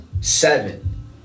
Seven